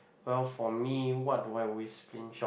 well for me what do I always stinge on